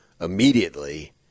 immediately